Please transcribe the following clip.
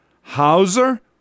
Hauser